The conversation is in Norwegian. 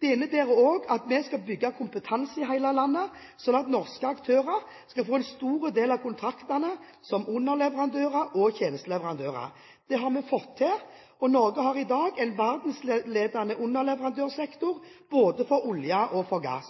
Det innebærer også at vi skal bygge kompetanse i hele landet, sånn at norske aktører skal få en stor del av kontraktene som underleverandører og tjenesteleverandører. Det har vi fått til. Norge har i dag en verdensledende underleverandørsektor både for olje og for gass.